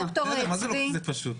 מה זה "לא כזה פשוט"?